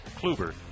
Kluber